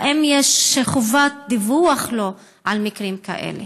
האם יש חובת דיווח לו על מקרים כאלה?